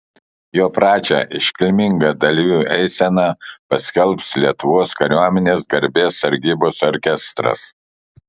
jo pradžią iškilminga dalyvių eisena paskelbs lietuvos kariuomenės garbės sargybos orkestras